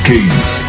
Kings